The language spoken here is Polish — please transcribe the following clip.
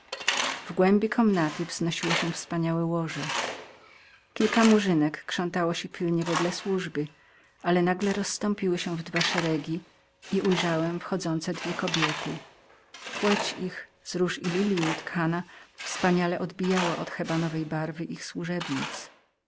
w głębi komnaty wznosiło się wspaniałe łoże kilka innych murzynek krzątało się pilnie wedle służby ale nagle rozstąpiły się we dwa szeregi i ujrzałem wchodzące dwie kobiety płeć ich z róż i lilji utkana dziwnie odbijała się od czarnej barwy ich